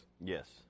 Yes